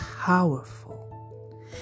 powerful